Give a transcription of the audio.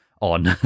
on